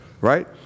right